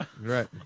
Right